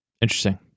Interesting